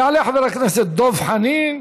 יעלה חבר הכנסת דב חנין,